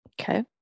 Okay